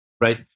right